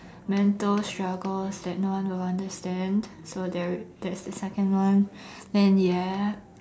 mental struggles that no one will understand so there that's the second one then ya